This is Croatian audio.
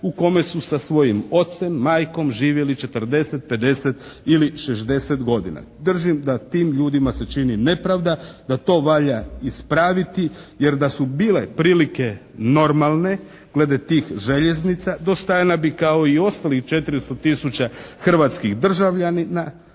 u kome su sa svojim ocem, majkom živjeli 40, 50 ili 60 godina. Držim da tim ljudima se čini nepravda, da to valja ispraviti. Jer da su bile prilike normalne glede tih željeznica do stana kao i ostalih 400 tisuća hrvatskih državljanina